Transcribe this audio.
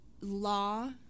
law